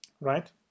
Right